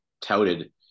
touted